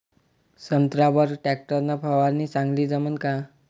संत्र्यावर वर टॅक्टर न फवारनी चांगली जमन का?